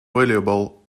valuable